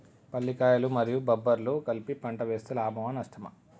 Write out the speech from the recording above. పల్లికాయలు మరియు బబ్బర్లు కలిపి పంట వేస్తే లాభమా? నష్టమా?